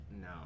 no